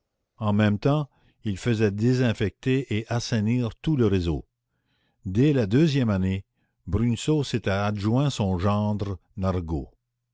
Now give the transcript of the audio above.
en même temps il faisait désinfecter et assainir tout le réseau dès la deuxième année bruneseau s'était adjoint son gendre nargaud